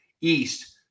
East